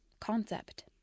concept